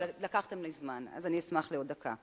אבל לקחתם לי זמן, אז אני אשמח לעוד דקה.